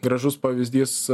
gražus pavyzdys